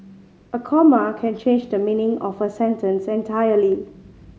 a comma can change the meaning of a sentence entirely